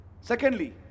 Secondly